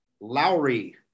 Lowry